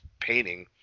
painting